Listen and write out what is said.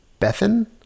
Bethan